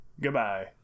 Goodbye